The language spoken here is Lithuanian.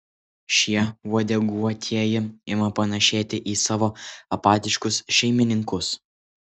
šie uodeguotieji ima panašėti į savo apatiškus šeimininkus